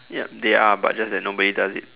yup they are but just that nobody does it